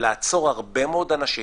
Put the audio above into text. לעצור הרבה מאוד אנשים.